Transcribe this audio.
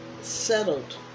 settled